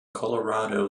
colorado